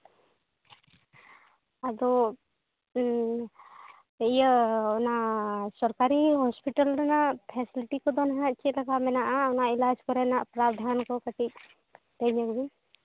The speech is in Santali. ᱟᱫᱚ ᱤᱧ ᱤᱭᱟᱹ ᱚᱱᱟ ᱥᱚᱨᱠᱟᱨᱤ ᱦᱚᱸᱥᱯᱤᱴᱟᱞ ᱨᱮᱱᱟᱜ ᱯᱷᱮᱥᱮᱞᱤᱴᱤ ᱠᱚᱫᱚ ᱦᱟᱸᱜ ᱪᱮᱫ ᱞᱮᱠᱟ ᱢᱮᱱᱟᱜᱼᱟ ᱚᱱᱟ ᱮᱞᱟᱪ ᱠᱚᱨᱮᱱᱟᱜ ᱯᱨᱟᱣᱫᱷᱟᱱ ᱠᱚ ᱠᱟᱹᱴᱤᱡ ᱞᱟᱹᱭ ᱧᱚᱜᱽ ᱵᱤᱱ